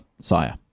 sire